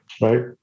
right